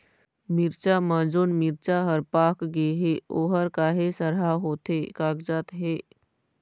मिरचा म जोन मिरचा हर पाक गे हे ओहर काहे सरहा होथे कागजात हे?